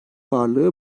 varlığı